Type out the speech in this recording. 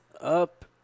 up